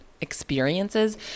experiences